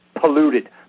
polluted